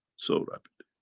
so rapidly.